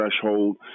threshold